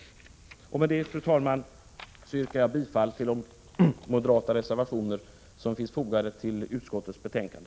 Med detta, fru talman, yrkar jag bifall till de moderata reservationer som finns fogade till utskottets betänkande.